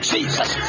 Jesus